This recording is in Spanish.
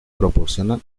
proporciona